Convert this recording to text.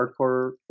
hardcore